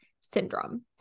syndrome